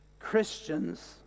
Christians